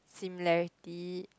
similarity